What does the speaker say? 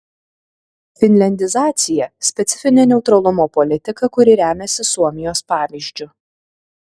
finliandizacija specifinė neutralumo politika kuri remiasi suomijos pavyzdžiu